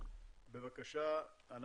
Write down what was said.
בבקשה,